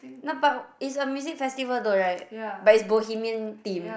no but it's a music festival though right but it's Bohemian theme